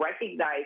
recognize